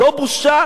לא בושה?